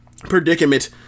predicament